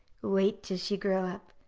waid till she grow up.